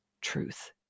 truth